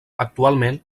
actualment